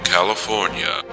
California